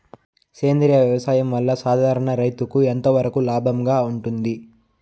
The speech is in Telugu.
సేంద్రియ వ్యవసాయం వల్ల, సాధారణ రైతుకు ఎంతవరకు లాభంగా ఉంటుంది?